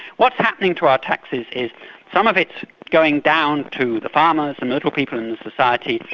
what's happening to our taxes is some of it's going down to the farmers and the little people in society,